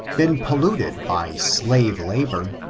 been polluted by slave labor,